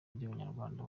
by’abanyarwanda